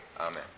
Amen